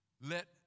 Let